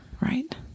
Right